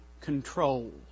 control